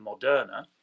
Moderna